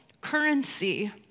currency